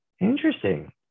interesting